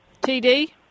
TD